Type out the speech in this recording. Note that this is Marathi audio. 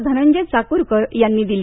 धनंजय चाक्रकर यांनी दिली